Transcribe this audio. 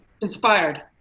Inspired